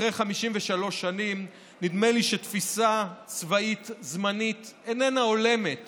אחרי 53 שנים נדמה לי שתפיסה צבאית זמנית איננה הולמת